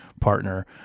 partner